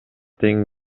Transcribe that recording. тең